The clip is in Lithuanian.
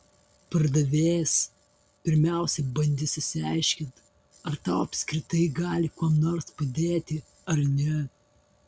pardavėjas pirmiausiai bandys išsiaiškinti ar tau apskritai gali kuom nors padėti ar ne